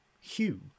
Hugh